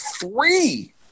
three